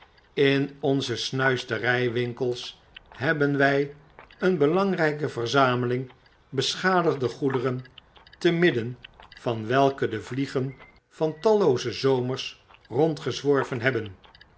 in onze snuistergwinkels hebben wy een belangrpe verzameling beschadigde goederen te midden van welke de vliegen van tallooze zomers rondgezworven hebben